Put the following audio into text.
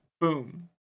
boom